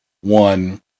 one